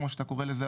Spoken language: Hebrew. כמו שאתה קורא לזה,